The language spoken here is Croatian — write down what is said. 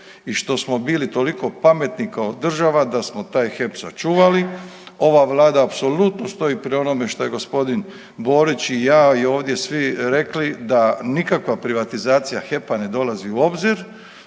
i što smo bili toliko pametni kao država da smo taj HEP sačuvali. Ova Vlada apsolutno stoji pri onome što je g. Borić i ja i ovdje svi rekli, da nikakva privatizacija HEP-a ne dolazi u obzir.